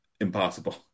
impossible